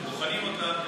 בוחנים אותם,